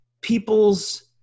people's